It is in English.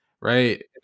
right